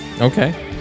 Okay